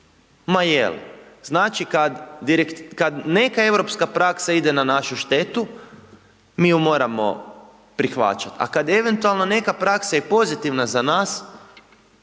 Ma je li? Znači kad neka europska praksa ide na našu štetu mi ju moramo prihvaćati a kad eventualno neka praksa i pozitivna za nas